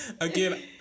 Again